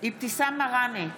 אבתיסאם מראענה,